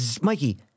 Mikey